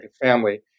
family